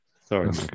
Sorry